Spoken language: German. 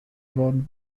worden